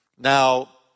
Now